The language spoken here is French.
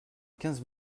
quinze